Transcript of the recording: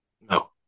No